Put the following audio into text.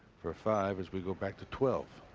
for five as we go back to twelve.